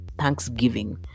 thanksgiving